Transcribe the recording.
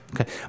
okay